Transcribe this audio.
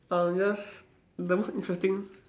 I'll just the most interesting